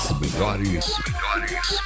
melhores